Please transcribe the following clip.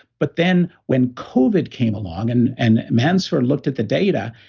but then, when covid came along, and and mansoor looked at the data,